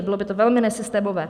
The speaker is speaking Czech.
Bylo by to velmi nesystémové.